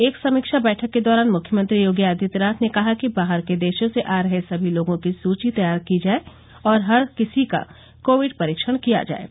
एक समीक्षा बैठक के दौरान मुख्यमंत्री योगी आदित्यनाथ ने कहा कि बाहर के देशों से आ रहे सभी लोगों की एक सुची तैयार की जाये और हर किसी का कोविड परीक्षण किया जाये